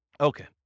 Okay